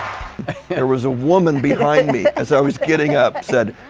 it was a woman behind me as i was getting up said,